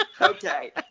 Okay